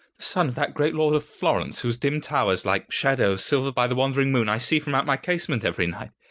the son of that great lord of florence whose dim towers like shadows silvered by the wandering moon i see from out my casement every night!